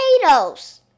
potatoes